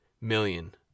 million